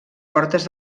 portes